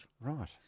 Right